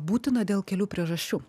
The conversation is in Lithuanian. būtina dėl kelių priežasčių